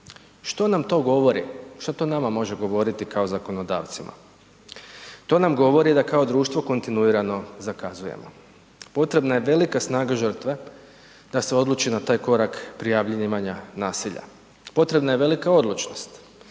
Što nam to govori? Što to nama može govoriti kao zakonodavcima? To nam govori da kao društvo kontinuirano zakazujemo. Potrebna je velika snaga žrtve da se odluči na taj korak prijavljivanja nasilja. Potrebna je velika odlučnost,